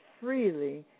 freely